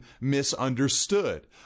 misunderstood